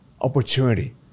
opportunity